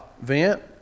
Vent